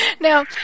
Now